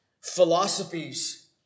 Philosophies